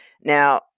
Now